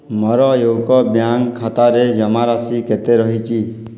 ମୋର ୟୁକୋ ବ୍ୟାଙ୍କ ଖାତାରେ ଜମାରାଶି କେତେ ରହିଛି